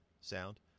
sound